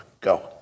Go